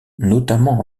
notamment